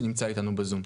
שנמצא איתנו בזום.